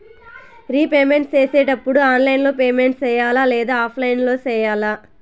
repayment సేసేటప్పుడు online లో payment సేయాలా లేదా ఆఫ్లైన్ లో సేయాలా